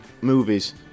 movies